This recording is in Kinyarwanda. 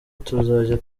tuzajya